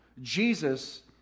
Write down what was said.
Jesus